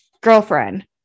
girlfriend